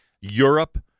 Europe